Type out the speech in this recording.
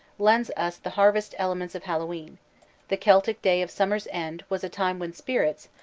lends us the harvest element of hallowe'en the celtic day of summer's end was a time when spirits,